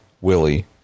Willie